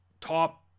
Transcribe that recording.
top